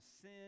sin